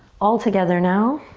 all together now.